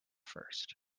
first